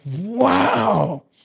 Wow